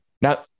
Now